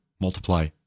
multiply